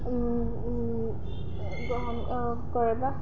গ্ৰহণ কৰে